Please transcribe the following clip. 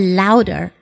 louder